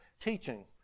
teaching